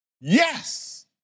Yes